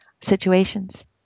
situations